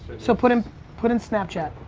so put in put in snapchat.